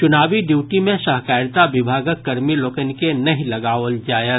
चुनावी ड्यूटी मे सहकारिता विभागक कर्मी लोकनि के नहि लगाओल जायत